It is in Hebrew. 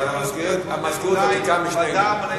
אבל המזכירות ותיקה משנינו.